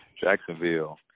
Jacksonville